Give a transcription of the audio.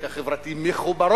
ושאלת הצדק החברתי מחוברות,